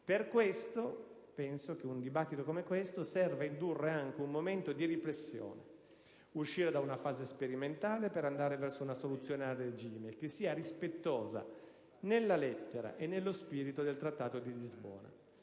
Per questo motivo ritengo che un dibattito come questo serva a indurre anche un momento di riflessione: uscire da una fase sperimentale per andare verso una soluzione a regime che sia rispettosa, nella lettera e nello spirito, del Trattato di Lisbona.